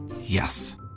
Yes